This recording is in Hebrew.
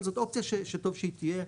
אבל זאת אופציה שטוב שהיא תהיה.